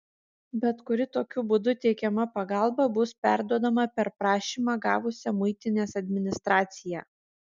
bet kuri tokiu būdu teikiama pagalba bus perduodama per prašymą gavusią muitinės administraciją